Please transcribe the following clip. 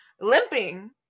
limping